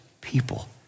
people